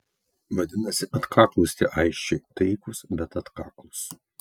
vadinasi atkaklūs tie aisčiai taikūs bet atkaklūs